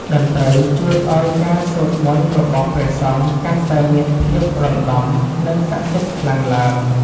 តន្ត្រីជួយឱ្យការសូត្រមន្តរបស់ព្រះសង្ឃ កាន់តែមានភាពរណ្ដំ និងសក្ដិសិទ្ធិខ្លាំងឡើង។